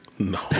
No